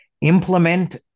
implement